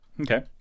Okay